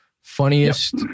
Funniest